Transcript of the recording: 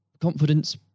confidence